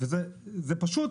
וזה פשוט,